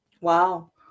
Wow